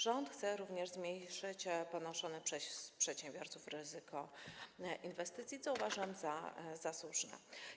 Rząd chce również zmniejszyć ponoszone przez przedsiębiorców ryzyko inwestycji, co uważam za słuszne.